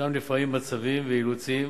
ישנם לפעמים מצבים ואילוצים